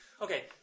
Okay